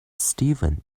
steven